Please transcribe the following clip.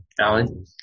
Alan